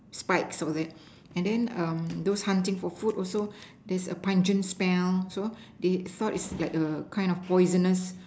spikes all that and then um those hunting for food also there's a pungent smell so they thought is like a kind of poisonous